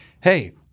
hey